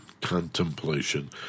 contemplation